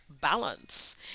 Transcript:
balance